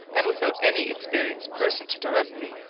and without any experienced person to direct me,